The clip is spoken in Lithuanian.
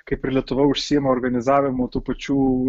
kaip ir lietuva užsiima organizavimu tų pačių